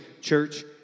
church